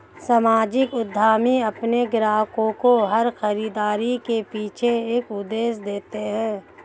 सामाजिक उद्यमी अपने ग्राहकों को हर खरीदारी के पीछे एक उद्देश्य देते हैं